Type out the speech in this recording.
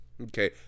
Okay